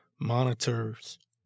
monitors